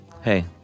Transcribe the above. hey